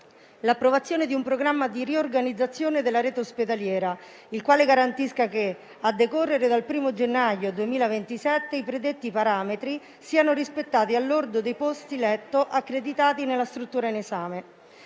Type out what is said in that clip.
l'approvazione di un programma di riorganizzazione della rete ospedaliera, il quale garantisca che, a decorrere dal 1° gennaio 2027, i predetti parametri siano rispettati al lordo dei posti-letto accreditati nella struttura in esame.